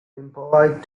impolite